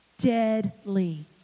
Deadly